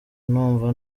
numva